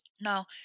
Now